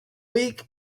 week